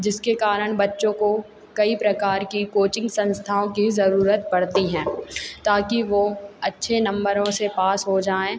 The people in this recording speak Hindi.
जिसके कारण बच्चों को कई प्रकार की कोचिंग संस्थाओं की जरूरत पड़ती है ताकि वो अच्छे नंबरों से पास हो जाएँ